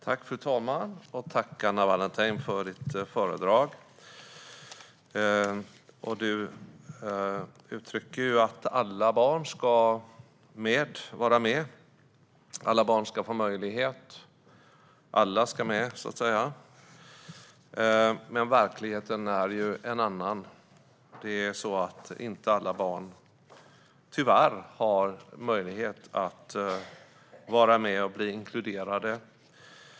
Fru talman! Jag tackar Anna Wallentheim för hennes föredrag. Hon uttrycker att alla barn ska vara med och få alla möjligheter. Men verkligheten är ju en annan. Inte alla barn har, tyvärr, möjlighet att vara med och bli inkluderade.